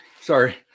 Sorry